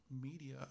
media